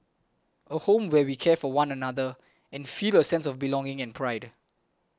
a home where we care for one another and feel a sense of belonging and pride